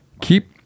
keep